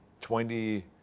twenty